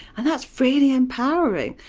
and that's really empowering.